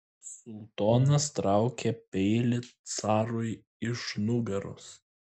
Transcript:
sultonas traukia peilį carui iš nugaros